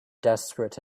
desperate